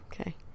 Okay